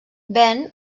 ben